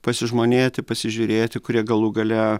pasižmonėti pasižiūrėti kurie galų gale